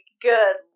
good